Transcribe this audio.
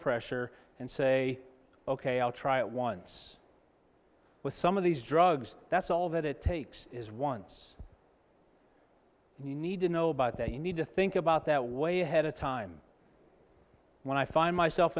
pressure and say ok i'll try it once with some of these drugs that's all that it takes is once you need to know about that you need to think about that way ahead of time when i find myself